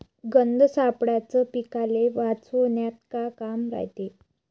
गंध सापळ्याचं पीकाले वाचवन्यात का काम रायते?